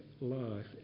life